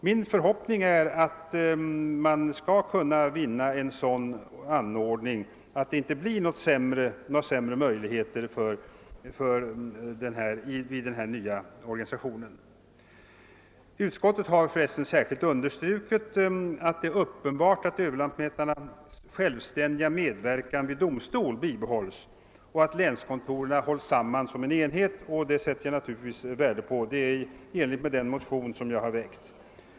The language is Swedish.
Min förhoppning är att man skall kunna få fram en sådan anordning att möjligheterna till insyn inte blir sämre i den nya or Utskottet har särskilt understrukit att det är uppenbart att överlantmätarnas självständiga medverkan vid domstol bibehålles och att länslantmäterikontoren hålles samman som en enhet. Jag sätter naturligtvis värde på detta, eftersom det överensstämmer med den motion som jag har väckt.